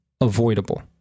avoidable